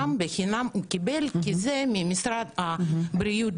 הוא קיבל אותן בחינם ממשרד הבריאות.